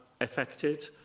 affected